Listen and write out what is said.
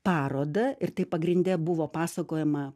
parodą ir tai pagrinde buvo pasakojama